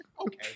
Okay